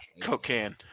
Cocaine